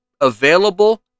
available